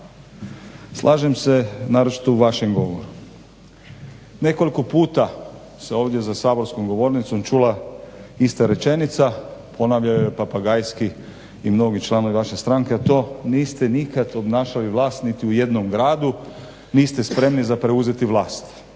Slažem se naročito u vašem govoru. Nekoliko puta se ovdje za saborskom govornicom čula ista rečenica. Ponavljaju je i papagajski i mnogi članovi vaše stranke, a to niste nikad obnašali vlast niti u jednom gradu niste spremni za preuzeti vlast.